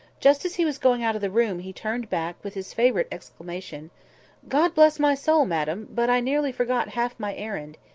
just as he was going out of the room, he turned back, with his favourite exclamation god bless my soul, madam! but i nearly forgot half my errand.